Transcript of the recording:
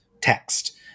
text